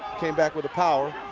came back with the power.